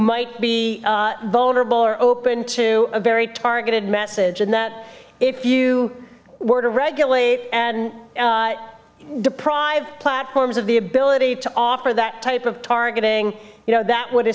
might be vulnerable or open to a very targeted message and that if you were to regulate and deprive platforms of the ability to offer that type of targeting you know that would